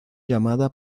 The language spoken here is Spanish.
llamada